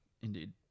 Indeed